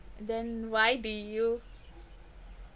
then why did you